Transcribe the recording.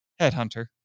Headhunter